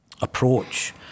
approach